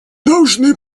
должны